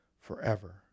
forever